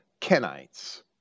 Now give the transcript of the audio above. Kenites